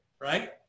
right